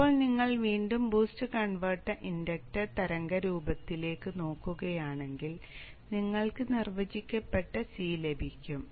ഇപ്പോൾ നിങ്ങൾ വീണ്ടും BOOST കൺവെർട്ടർ ഇൻഡക്ടർ തരംഗരൂപത്തിലേക്ക് നോക്കുകയാണെങ്കിൽ നിങ്ങൾക്ക് നിർവചിക്കപ്പെട്ട C ലഭിക്കും